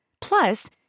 plus